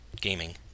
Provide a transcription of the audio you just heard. gaming